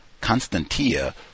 Constantia